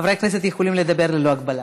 חברי הכנסת יכולים לדבר ללא הגבלה.